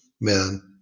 man